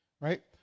Right